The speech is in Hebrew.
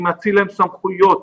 אני מאציל להם סמכויות,